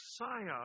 Messiah